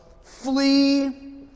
flee